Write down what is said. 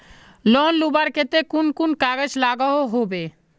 Loan लुबार केते कुन कुन कागज लागोहो होबे?